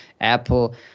Apple